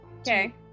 okay